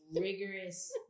rigorous